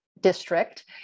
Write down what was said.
district